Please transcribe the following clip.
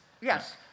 Yes